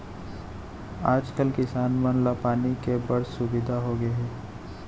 आज कल किसान मन ला पानी के बड़ सुबिधा होगे हे